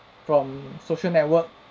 from social network